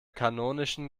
kanonischen